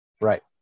right